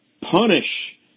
punish